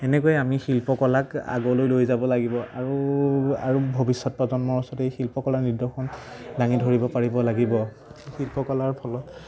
এনেকৈ আমি শিল্পকলাক আগলৈ লৈ যাব লাগিব আৰু আৰু ভৱিষ্যত প্ৰজন্মৰ ওচৰত এই শিল্পকলাৰ নিদৰ্শন দাঙি ধৰিব পাৰিব লাগিব শিল্পকলাৰ ফলত